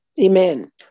Amen